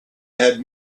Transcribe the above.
had